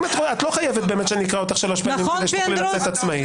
את לא חייבת באמת שאני אקרא אותך שלוש פעמים כדי שתוכלי לצאת עצמאית.